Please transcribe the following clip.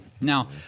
Now